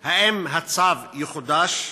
3. האם הצו יחודש?